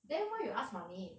then why you ask mummy